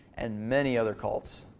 and many other cults.